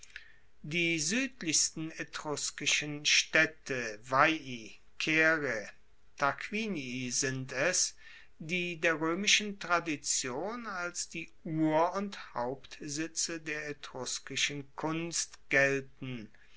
die suedlichsten etruskischen staedte veii caere tarquinii sind es die der roemischen tradition als die ur und hauptsitze der etruskischen kunst gelten